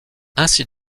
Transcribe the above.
ainsi